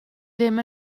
ddim